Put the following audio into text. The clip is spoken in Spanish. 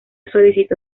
solicitó